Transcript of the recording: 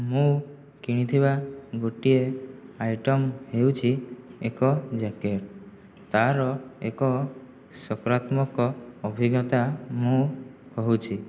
ମୁଁ କିଣିଥିବା ଗୋଟିଏ ଆଇଟମ୍ ହେଉଛି ଏକ ଜ୍ୟାକେଟ୍ ତାର ଏକ ସକାରାତ୍ମକ ଅଭିଜ୍ଞତା ମୁଁ କହୁଛି